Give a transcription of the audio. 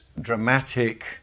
dramatic